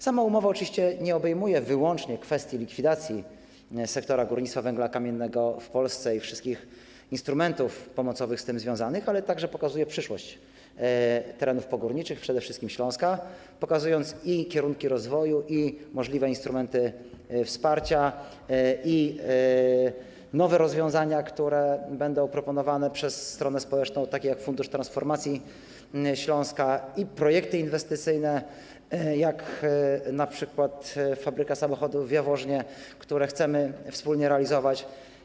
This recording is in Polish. Sama umowa oczywiście nie obejmuje wyłącznie kwestii likwidacji sektora górnictwa węgla kamiennego w Polsce i wszystkich instrumentów pomocowych z tym związanych, ale także pokazuje przyszłość terenów pogórniczych, przede wszystkim Śląska, wskazuje i kierunki rozwoju, i możliwe instrumenty wsparcia, i nowe rozwiązania, które będą proponowane przez stronę społeczną, takie jak fundusz transformacji Śląska i projekty inwestycyjne, np. fabryka samochodów w Jaworznie, które chcemy wspólnie realizować.